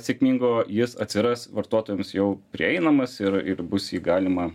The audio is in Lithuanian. sėkmingo jis atsiras vartotojams jau prieinamas ir ir bus jį galima